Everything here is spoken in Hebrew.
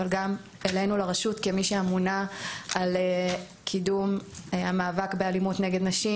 אבל גם אלינו לרשות כמי שאמונה על קידום המאבק באלימות נגד נשים,